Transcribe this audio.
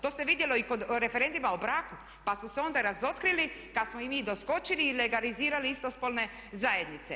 To se vidjelo i kod referenduma o braku pa su se onda razotkrili kad smo im mi doskočili i legalizirali istospolne zajednice.